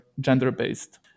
gender-based